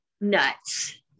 Nuts